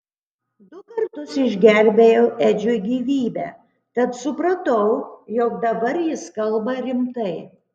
du kartus išgelbėjau edžiui gyvybę tad supratau jog dabar jis kalba rimtai